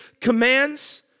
commands